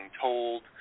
told